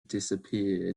disappeared